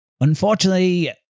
Unfortunately